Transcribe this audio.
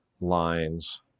lines